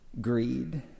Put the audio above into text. Greed